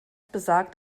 besagt